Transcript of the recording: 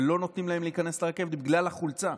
ולא נתנו להם להיכנס לרכבת בגלל החולצה.